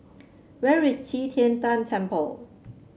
where is Qi Tian Tan Temple